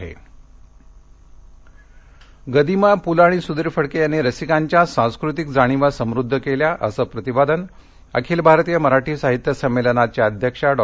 त्रिवेणी संमेलनः गदिमा पुल आणि सुधीर फडके यांनी रसिकांच्या सांस्कृतिक जाणीवा समृद्ध केल्या असं प्रतिपादन अखिल भारतीय मराठी साहित्य संमेलनाच्या अध्यक्ष डॉ